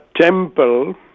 temple